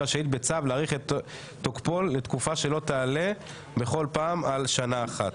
רשאית בצו להאריך את תוקפו לתקופה שלא תעלה בכל פעם על שנה אחת.